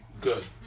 Good